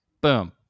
boom